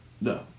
No